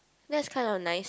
that's kind of nice